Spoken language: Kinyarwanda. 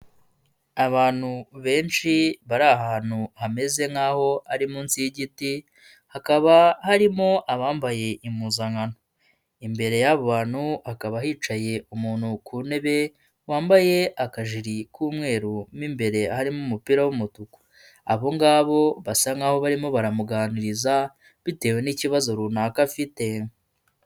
Abantu benshi bari ahantu hameze nk'aho ari munsi y'igiti, hakaba harimo abambaye impuzankano. Imbere y'abo bantu hakaba hicaye umuntu ku ntebe wambaye akajiri k'umweru mu imbere harimo umupira w'umutuku. Abongabo basa nk'aho barimo baramuganiriza bitewe n'ikibazo runaka afite.